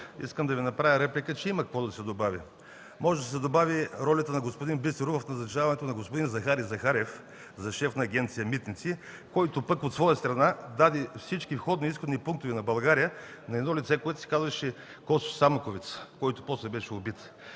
Искам да Ви направя реплика, че има какво да се добави. Може да се добави ролята на господин Бисеров в назначаването на господин Захари Захариев за шеф на Агенция „Митници”, който пък от своя страна даде всички входни и изходни пунктове на България на едно лице, което се казваше Косьо Самоковеца, който после беше убит.